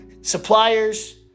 Suppliers